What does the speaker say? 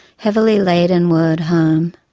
heavily laden word, home.